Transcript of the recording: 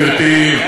גברתי,